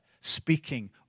speaking